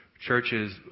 churches